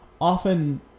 often